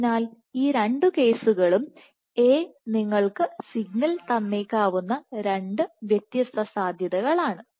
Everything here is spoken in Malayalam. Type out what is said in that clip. അതിനാൽ ഈ രണ്ട് കേസുകളും A നിങ്ങൾക്ക് സിഗ്നൽ തന്നേക്കാവുന്ന രണ്ട് സാധ്യതകൾ ആണ്